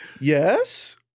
Yes